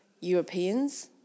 Europeans